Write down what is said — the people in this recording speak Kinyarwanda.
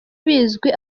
bizwi